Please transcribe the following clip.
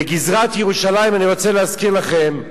בגזרת ירושלים, אני רוצה להזכיר לכם,